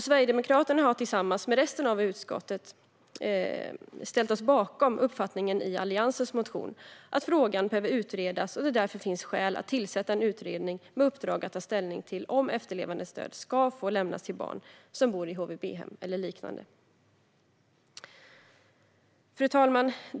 Sverigedemokraterna har tillsammans med resten av utskottet ställt sig bakom uppfattningen i Alliansens motion att frågan behöver utredas och att det därför finns skäl att tillsätta en utredning med uppdrag att ta ställning till om efterlevandestöd ska få lämnas till barn som bor i HVB-hem eller liknande. Fru talman!